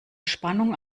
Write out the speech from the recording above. spannung